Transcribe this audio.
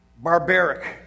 barbaric